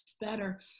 better